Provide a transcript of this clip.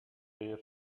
their